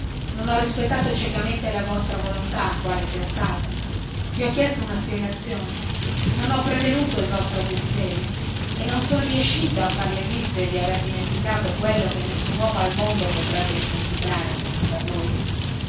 non ho rispettato ciecamente la vostra volontà quale sia stata vi ho chiesto una spiegazione non ho prevenuto il vostro desiderio e non son riescito a far le viste di aver dimenticato quello che nessun uomo al mondo potrebbe dimenticare da voi